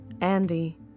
Andy